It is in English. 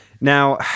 now